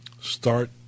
start